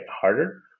harder